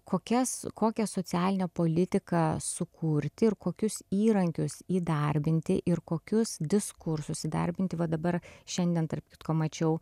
kokias kokią socialinę politiką sukurti ir kokius įrankius įdarbinti ir kokius diskursus įdarbinti va dabar šiandien tarp kitko mačiau